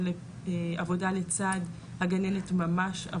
של עבודה לצד הגננת ממש..